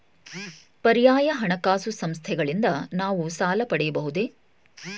ಪರ್ಯಾಯ ಹಣಕಾಸು ಸಂಸ್ಥೆಗಳಿಂದ ನಾವು ಸಾಲ ಪಡೆಯಬಹುದೇ?